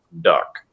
duck